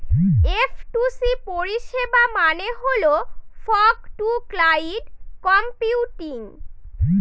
F two C পরিষেবা মানে হল ফগ টু ক্লাউড কম্পিউটিং